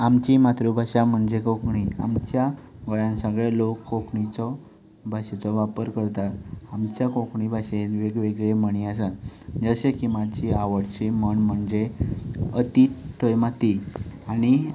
आमची मातृभाशा म्हणचे कोंकणी आमच्या गोंयां सगळे लोक कोंकणीचो भाशेचो वापर करता आमच्या कोंकणी भाशेंत वेग वेगळ्यो म्हणी आसात जशें की म्हाजी आवडची म्हण म्हणजे अती थंय माती आनी